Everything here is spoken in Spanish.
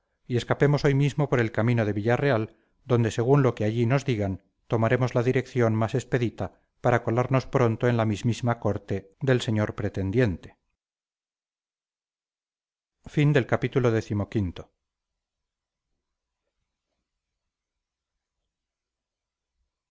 y escapemos hoy mismo por el camino de villarreal donde según lo que allí nos digan tomaremos la dirección más expedita para colarnos pronto en la mismísima corte del señor pretendiente